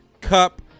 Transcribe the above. Cup